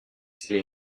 c’est